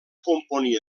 componia